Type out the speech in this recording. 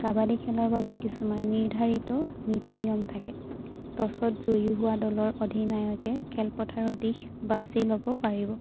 কাবাডী খেলৰ বাবে কিছুমান নিৰ্ধাৰিত নীতি নিয়ম থাকে তচত জয়ী হোৱা দলৰ অধিনায়কে খেলপথাৰৰ দিশ বাচি ল'ব পাৰিব